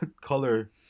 color